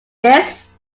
this